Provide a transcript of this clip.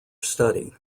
study